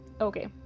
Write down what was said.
Okay